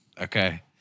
Okay